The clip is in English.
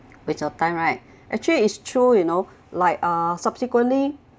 waste your time right actually it's true you know like uh subsequently